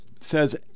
Says